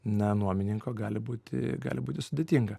na nuomininko gali būti gali būti sudėtinga